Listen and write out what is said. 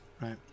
right